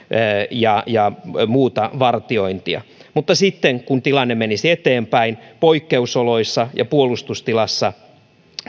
ja ja muuta vartiointia mutta sitten kun tilanne menisi eteenpäin poikkeusoloissa ja puolustustilassa